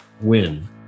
WIN